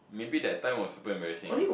maybe that time was super amazing what